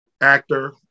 actor